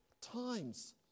times